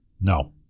No